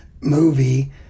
movie